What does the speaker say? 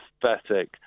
pathetic